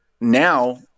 now